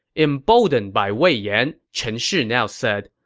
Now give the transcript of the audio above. emboldened by wei yan, chen shi now said,